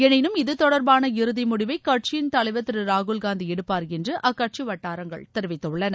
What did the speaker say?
எனினும் இது தொடர்பான இறுதி முடிவை கட்சியின் தலைவர் திரு ராகுல் காந்தி எடுப்பார் என்று அக்கட்சி வட்டாரங்கள் தெரிவித்துள்ளன